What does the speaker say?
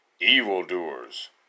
evildoers